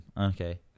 Okay